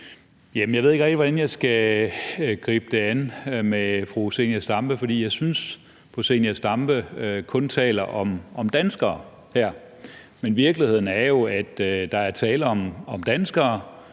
Jeg ved ikke rigtig, hvordan jeg skal gribe det an med fru Zenia Stampe. For jeg synes, at fru Zenia Stampe kun taler om danskere her. Men virkeligheden er jo, at der er tale om danskere,